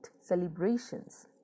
celebrations